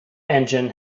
engine